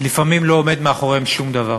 לפעמים לא עומד מאחוריהן שום דבר.